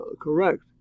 correct